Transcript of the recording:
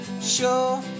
sure